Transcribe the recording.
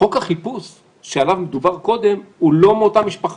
חוק החיפוש שעליו דובר קודם הוא לא מאותה משפחה,